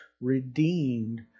redeemed